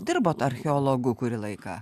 dirbot archeologu kurį laiką